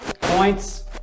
Points